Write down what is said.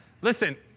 listen